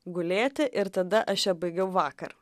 gulėti ir tada aš ją baigiau vakar